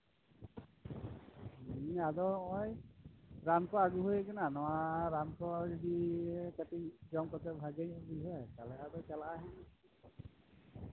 ᱟᱫᱚ ᱱᱚᱜᱼᱚᱭ ᱨᱟᱱ ᱠᱚ ᱟᱹᱜᱩ ᱦᱩᱭ ᱟᱠᱟᱱᱟ ᱱᱚᱶᱟ ᱨᱟᱱ ᱠᱚ ᱡᱚᱫᱤ ᱠᱟᱹᱴᱤᱡ ᱡᱚᱢ ᱠᱟᱛᱮᱫ ᱵᱷᱟᱹᱜᱮ ᱵᱩᱡᱟᱭ ᱛᱟᱦᱚᱞᱮ ᱠᱷᱟᱱ ᱫᱚ ᱪᱟᱞᱟᱜ ᱟᱭ ᱦᱟᱜ